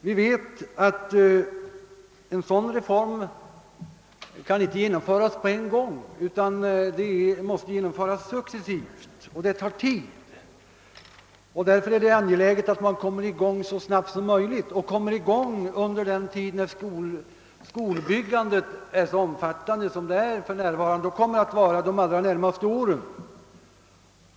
Vi vet vidare att en sådan reform inte kan genomföras på en gång utan att den måste genomföras successivt. Genomförandet tar alltså tid, och därför är det angeläget att man kommer i gång så snabbt som möjligt och medan skolbyggandet är så omfattande som det är för närvarande och kommer att vara under de närmaste åren.